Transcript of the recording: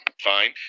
fine